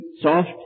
soft